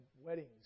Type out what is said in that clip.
weddings